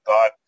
God